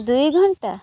ଦୁଇ ଘଣ୍ଟା